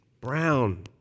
brown